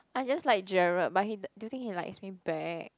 I just like jerard but he do you think he likes me back